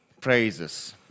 praises